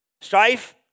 Strife